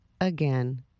again